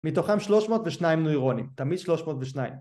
מתוכם 302 נוירונים, תמיד 302